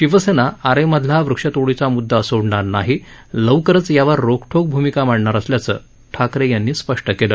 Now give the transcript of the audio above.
शिवसेना आरेमधला वृक्षतोडीचा मुद्दा सोडणार नाही लवकरच यावर रोखठोक भूमिका मांडणार असल्याचं ठाकरे यांनी स्पष्ट केलं